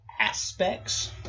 aspects